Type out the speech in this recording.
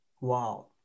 Wow